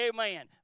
Amen